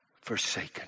forsaken